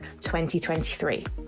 2023